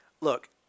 look